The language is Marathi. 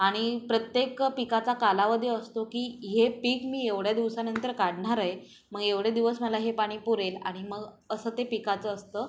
आणि प्रत्येक पिकाचा कालावधी असतो की हे पीक मी एवढ्या दिवसानंतर काढणार आहे मग एवढे दिवस मला हे पाणी पुरेल आणि मग असं ते पिकाचं असतं